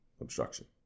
obstruction